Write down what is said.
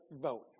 vote